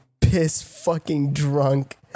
piss-fucking-drunk